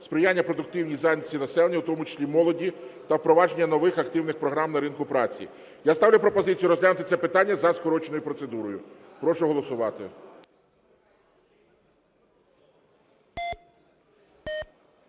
сприяння продуктивній зайнятості населення, у тому числі молоді, та впровадження нових активних програм на ринку праці. Я ставлю пропозицію розглянути це питання за скороченою процедурою. Прошу голосувати.